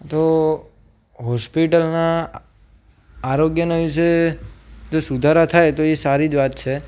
તો હોસ્પિટલના આરોગ્યના વિષે જો સુધારા થાય તો એ સારી જ વાત છે